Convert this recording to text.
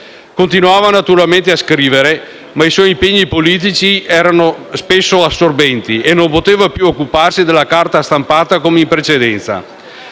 Continuava naturalmente a scrivere, ma i suoi impegni politici erano spesso assorbenti e non poteva più occuparsi della carta stampata come in precedenza.